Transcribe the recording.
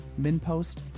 Minpost